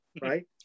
right